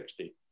60